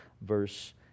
verse